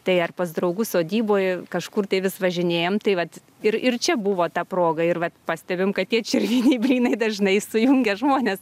tai ar pas draugus sodyboj kažkur tai vis važinėjam tai vat ir ir čia buvo ta proga ir vat pastebim kad tie čirviniai blynai dažnai sujungia žmones